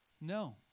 No